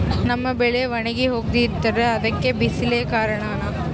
ನಮ್ಮ ಬೆಳೆ ಒಣಗಿ ಹೋಗ್ತಿದ್ರ ಅದ್ಕೆ ಬಿಸಿಲೆ ಕಾರಣನ?